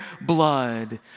blood